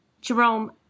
Jerome